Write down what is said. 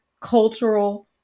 cultural